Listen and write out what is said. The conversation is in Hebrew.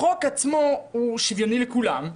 החוק עצמו הוא שוויוני לכולם,